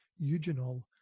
eugenol